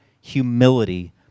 humility